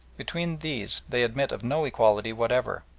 between these they admit of no equality whatever.